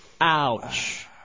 Ouch